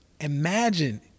Imagine